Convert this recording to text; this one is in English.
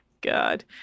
God